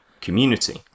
community